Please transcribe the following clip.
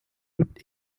lived